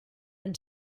and